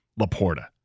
Laporta